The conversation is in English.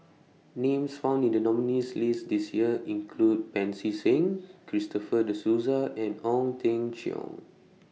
Names found in The nominees' list This Year include Pancy Seng Christopher De Souza and Ong Teng Cheong